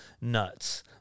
Nuts